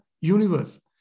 universe